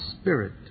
spirit